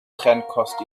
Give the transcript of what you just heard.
trennkost